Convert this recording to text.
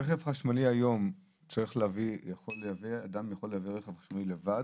רכב חשמלי היום, אדם יכול לייבא רכב חשמלי לבד?